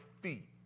feet